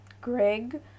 Greg